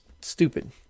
stupid